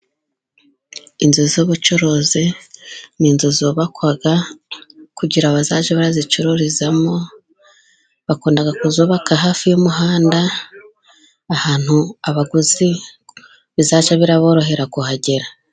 Inzu z'ubucuruzi ni inzu zubakwa, kugira bazajye barazicururizamo, bakunda kuzubaka hafi y'umuhanda ahantu abaguzi bizajya biraborohera kuhagera.